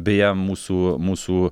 beje mūsų mūsų